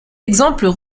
exemples